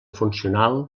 funcional